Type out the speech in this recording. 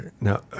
Now